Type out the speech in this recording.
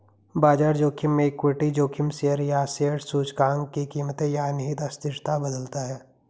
बाजार जोखिम में इक्विटी जोखिम शेयर या शेयर सूचकांक की कीमतें या निहित अस्थिरता बदलता है